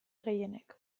gehienek